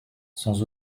sans